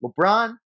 LeBron